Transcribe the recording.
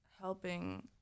helping